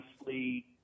nicely